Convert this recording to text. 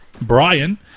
Brian